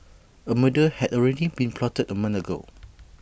A murder had already been plotted A month ago